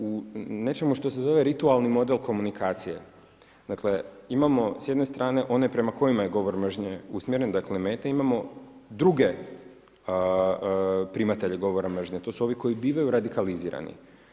U nečemu što se zove ritualni model komunikacije, dakle imamo s jedne strane one prema kojima je govor mržnje usmjeren, dakle mete, imamo druge primatelje govora mržnje, to su ovi koji bivaju radikalizirani.